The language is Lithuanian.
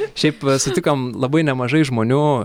šiaip sutikom labai nemažai žmonių